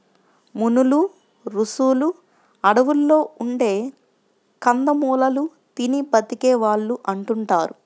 మునులు, రుషులు అడువుల్లో ఉండే కందమూలాలు తిని బతికే వాళ్ళు అంటుంటారు